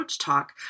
talk